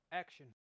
action